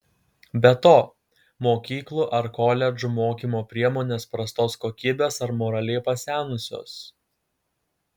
be to mokyklų ar koledžų mokymo priemonės prastos kokybės ar moraliai pasenusios